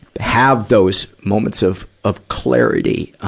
have those moments of, of clarity.